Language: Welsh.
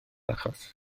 achos